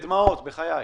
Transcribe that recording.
דיבר בדמעות, בחיי.